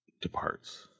departs